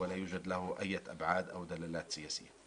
ואין לה שום משמעויות או השלכות פוליטיות.